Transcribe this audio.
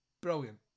brilliant